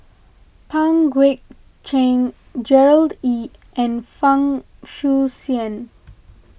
Pang Guek Cheng Gerard Ee and Fang